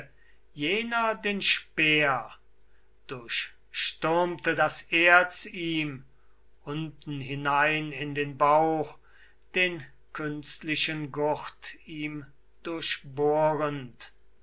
jener den speer durch stürmte das erz ihm unten hinein in den bauch den künstlichen gurt ihm durchbohrend